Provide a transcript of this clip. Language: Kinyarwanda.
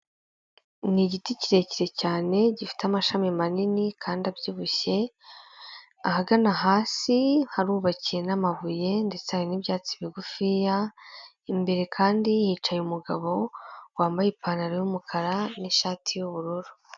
Ni igiti kirekire cyane gifite amashami manini kandi abyibushye, ahagana hasi harubakiye n'amabuye. Ndetse hari n'ibyatsi bigufiya, imbere kandi hicaye umugabo wambaye ipantaro y'umukara n'ishati y'ubururu.